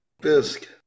Fisk